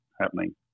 happening